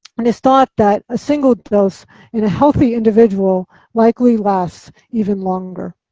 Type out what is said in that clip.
and it is thought that a single dose in a healthy individual likely lasts even longer.